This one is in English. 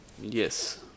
yes